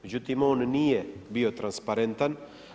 Međutim, on nije bio transparentan.